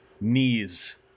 knees